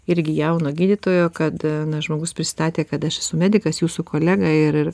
irgi jauno gydytojo kad na žmogus prisistatė kad aš esu medikas jūsų kolega ir